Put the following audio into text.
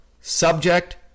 subject